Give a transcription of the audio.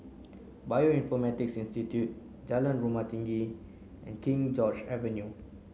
Bioinformatics Institute Jalan Rumah Tinggi and King George Avenue